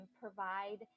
provide